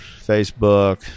Facebook